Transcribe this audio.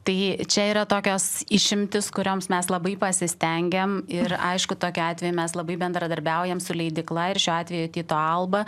tai čia yra tokios išimtys kurioms mes labai pasistengiam ir aišku tokiu atveju mes labai bendradarbiaujam su leidykla ir šiuo atveju tyto alba